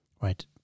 right